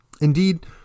Indeed